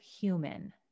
human